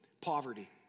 poverty